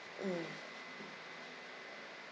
mm